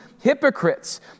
hypocrites